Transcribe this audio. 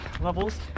levels